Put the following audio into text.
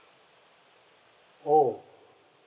oh